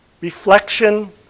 reflection